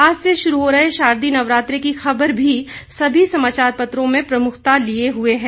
आज से शुरू हो रहे शारदीय नवरात्र की ख़बर भी सभी समाचार पत्रों में प्रमुखता लिए हुए है